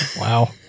wow